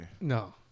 No